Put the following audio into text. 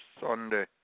Sunday